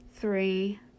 three